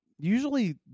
usually